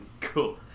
cool